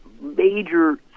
major